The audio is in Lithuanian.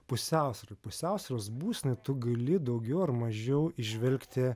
pusiausvyra pusiausvyros būsenoj tu gali daugiau ar mažiau įžvelgti